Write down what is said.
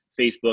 Facebook